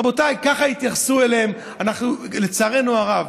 רבותיי, ככה התייחסו אליהם, לצערנו הרב.